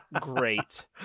Great